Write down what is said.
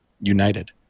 united